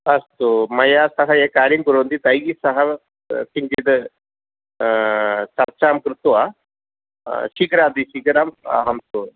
अस्तु मया सह ये कार्यं कुर्वन्ति तैः सह किञ्चित् चर्चां कृत्वा शीघ्रातिशीघ्रम् अहं फ़ो